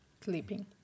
sleeping